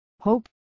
Hope